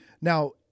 Now